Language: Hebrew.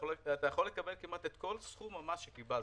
אתה יכול לקבל בחזרה כמעט את כל סכום המס שקיבלת,